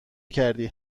کردی